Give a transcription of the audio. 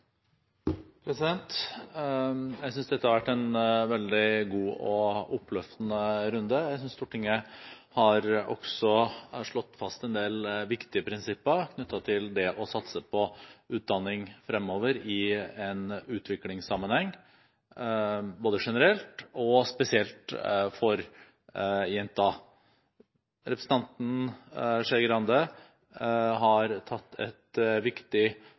og oppløftende runde. Jeg synes Stortinget også har slått fast en del viktige prinsipper knyttet til det å satse på utdanning fremover i en utviklingssammenheng, både generelt og spesielt for jenter. Representanten Skei Grande har tatt et viktig